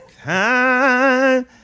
Time